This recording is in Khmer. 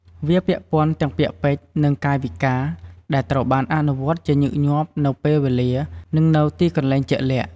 វាពាក់ព័ន្ធទាំង ពាក្យពេចន៍ និង កាយវិការ ដែលត្រូវបានអនុវត្តជាញឹកញាប់នៅ ពេលវេលា និងនៅ ទីកន្លែង ជាក់លាក់។